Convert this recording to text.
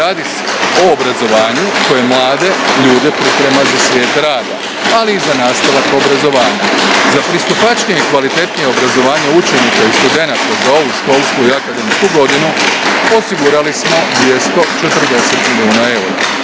Radi se o obrazovanju koje mlade ljude priprema za svijet rada, ali i za nastavak obrazovanja. Za pristupačnije i kvalitetnije obrazovanje učenika i studenata za ovu školsku i akademsku godinu osigurali smo 240 milijuna eura.